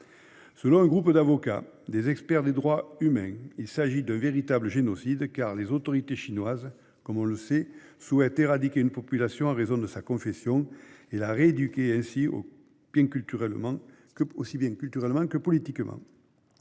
Selon un groupe d'avocats et d'experts des droits humains, il s'agit d'un véritable génocide, car les autorités chinoises, comme on le sait, souhaitent éradiquer une population en raison de sa confession et la rééduquer aussi bien culturellement que politiquement.